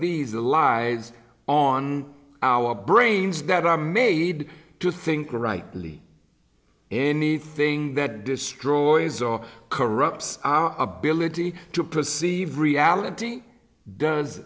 bees the lies on our brains that are made to think rightly anything that destroys our corrupt our ability to perceive reality does